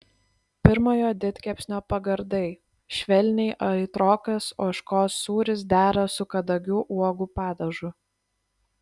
pirmojo didkepsnio pagardai švelniai aitrokas ožkos sūris dera su kadagių uogų padažu